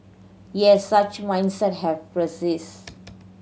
yet such mindset have persisted